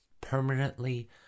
permanently